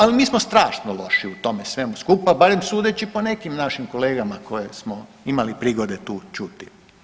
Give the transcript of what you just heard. Al mi smo strašno loši u tome svemu skupa barem sudeći po nekim našim kolegama koje smo imali prigode tu čuti.